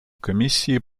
комісії